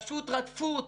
פשוט רדפו אותי,